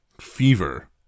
fever